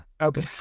Okay